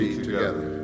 together